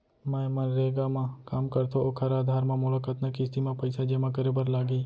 मैं मनरेगा म काम करथो, ओखर आधार म मोला कतना किस्ती म पइसा जेमा करे बर लागही?